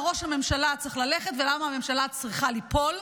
ראש הממשלה צריך ללכת ולמה הממשלה צריכה ליפול,